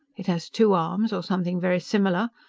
it has two arms, or something very similar.